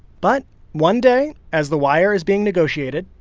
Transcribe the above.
but one day, as the wire is being negotiated,